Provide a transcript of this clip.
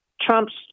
Trump's